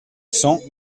cent